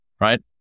right